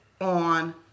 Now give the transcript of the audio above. on